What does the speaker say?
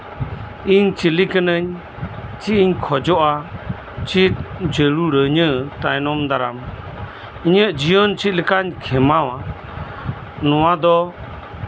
ᱤᱧ ᱪᱤᱞᱤ ᱠᱟᱱᱟᱧ ᱪᱮᱫ ᱤᱧ ᱠᱷᱚᱡᱚᱜᱼᱟ ᱪᱮᱫ ᱡᱟᱹᱨᱩᱲ ᱤᱧᱟ ᱛᱟᱭᱱᱚᱢ ᱫᱟᱨᱟᱢ ᱤᱧᱟᱹᱜ ᱪᱮᱫ ᱞᱮᱠᱟᱧ ᱠᱷᱮᱢᱟᱣᱟ ᱱᱚᱣᱟ ᱫᱚ